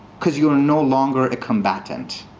because you're no longer a combatant.